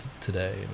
today